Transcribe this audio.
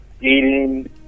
eating